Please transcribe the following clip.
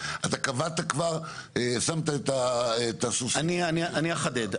אתה כבר רתמת את הסוסים --- אני אחדד.